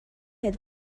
had